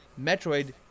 Metroid